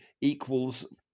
equals